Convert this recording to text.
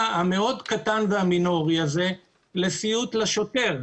המאוד קטן והמינורי הזה לסיוט לשוטר.